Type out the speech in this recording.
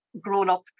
grown-up